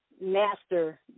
master